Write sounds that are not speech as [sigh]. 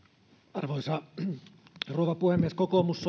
arvoisa rouva puhemies kokoomus [unintelligible]